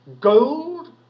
Gold